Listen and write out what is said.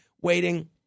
waiting